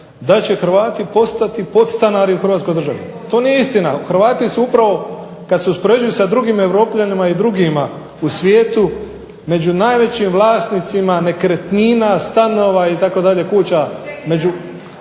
da će Hrvatski postati podstanari u HRvatskoj državi. To nije istina. Hrvati su upravo kada se uspoređuju sa drugim europljanima i među drugima u svijetu među najvećim vlasnicima nekretnina, stanova itd. kuća.